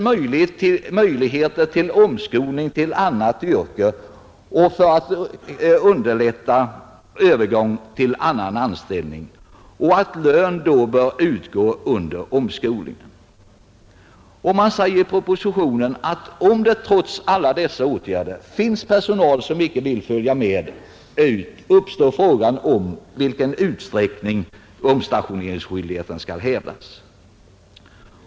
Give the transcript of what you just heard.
Möjligheter skall ges till omskolning till annat yrke för att underlätta övergång till annan anställning, och lön skall utgå under omskolningen. Det sägs vidare i propositionen att om det trots alla dessa åtgärder finns personal som inte vill följa med ut, uppstår frågan om i vilken utsträckning omstationeringsskyldigheten skall hävdas.